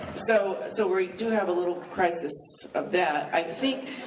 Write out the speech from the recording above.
so so we do have a little crisis of that. i think